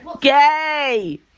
GAY